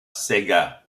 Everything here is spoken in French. sega